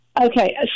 Okay